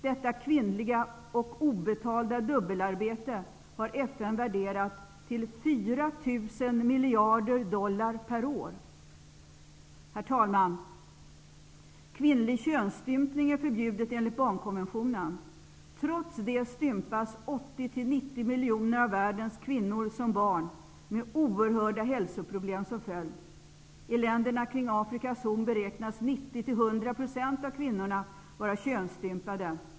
Detta kvinnliga och obetalda dubbelarbete har FN värderat till 4 000 miljarder dollar per år. Herr talman! Kvinnlig könsstympning är förbjuden enligt Barnkonventionen. Trots det stympas 80--90 miljoner av världens kvinnor som barn med oerhörda hälsoproblem som följd. I länderna kring Afrikas Horn beräknas 90--100 % av kvinnorna vara könsstympade.